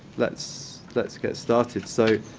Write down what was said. let's let's get started. so